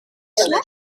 slap